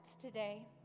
today